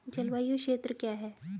जलवायु क्षेत्र क्या है?